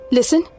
Listen